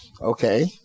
Okay